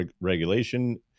regulation